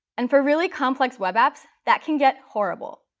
and for really complex web apps, that can get horrible.